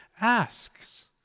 asks